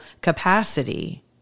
capacity